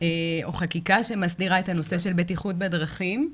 או חקיקה שמסדירה את הנושא של בטיחות בדרכים,